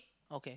okay